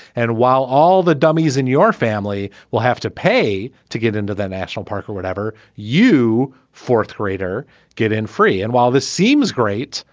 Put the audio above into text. and while all the dummies in your family will have to pay to get into the national park or whatever you fourth-grader get in free. and while this seems great,